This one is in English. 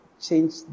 change